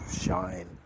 shine